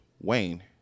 Wayne